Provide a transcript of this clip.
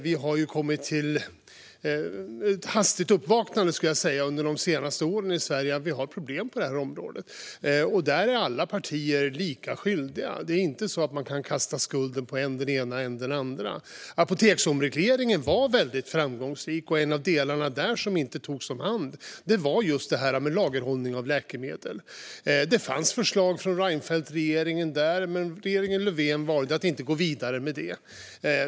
Vi har kommit till ett hastigt uppvaknande, skulle jag säga, under de senaste åren i Sverige när det gäller att vi har problem på detta område. Och där är alla partier lika skyldiga. Det är inte så att man kan kasta skulden på än den ena, än den andra. Apoteksomregleringen var väldigt framgångsrik. En av delarna som inte togs om hand var just lagerhållning av läkemedel. Det fanns förslag från Reinfeldtregeringen, men regeringen Löfven valde att inte gå vidare med det.